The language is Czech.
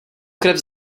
krev